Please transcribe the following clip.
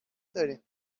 دارین